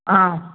ആ